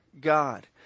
God